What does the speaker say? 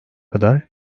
kadar